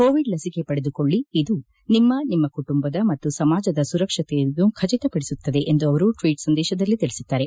Covid ಲಸಿಕೆ ಪಡೆದುಕೊಳ್ಳಿ ಇದು ನಿಮ್ಮ ನಿಮ್ಮ ಕುಟುಂಬದ ಮತ್ತು ಸಮಾಜದ ಸುರಕ್ಷತೆಯನ್ನು ಖಚಿತಪಡಿಸುತ್ತದೆ ಎಂದು ಅವರು ಟ್ವೀಟ್ ಸಂದೇಶದಲ್ಲಿ ತಿಳಿಸಿದ್ದಾರೆ